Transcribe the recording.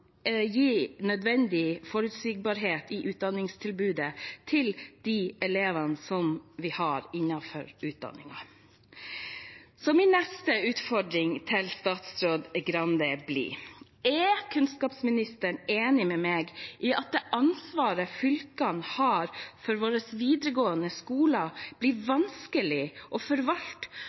nødvendig forutsigbarhet i utdanningstilbudet til de elevene vi har innenfor utdanningen. Så min neste utfordring til statsråd Skei Grande blir: Er kunnskapsministeren enig med meg i at det ansvaret fylkene har for våre videregående skoler, blir vanskelig å forvalte